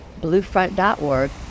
bluefront.org